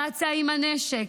רצה עם הנשק,